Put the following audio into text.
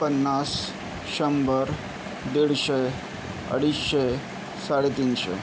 पन्नास शंभर दीडशे अडीचशे साडेतीनशे